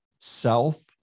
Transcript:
self